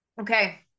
okay